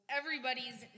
everybody's